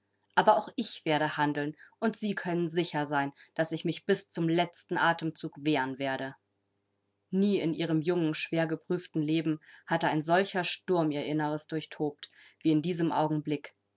aber auch ich werde handeln und sie können sicher sein daß ich mich bis zum letzten atemzug wehren werde nie in ihrem jungen schwergeprüften leben hatte ein solcher sturm ihr inneres durchtobt wie in diesem augenblick